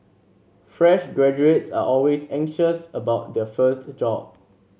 fresh graduates are always anxious about their first job